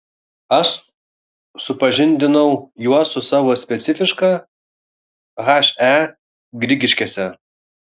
aš supažindinau juos su savo specifiška he grigiškėse